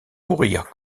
courir